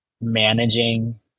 managing